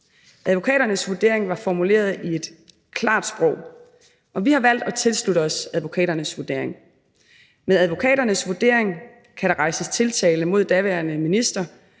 Advokaternes vurdering var formuleret i et klart sprog, og vi har valgt at tilslutte os advokaternes vurdering. Med advokaternes vurdering kan der rejses tiltale mod daværende minister